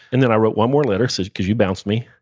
and then i wrote one more letter so because you bounced me,